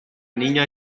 niña